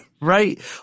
Right